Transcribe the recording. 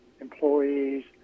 employees